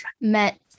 met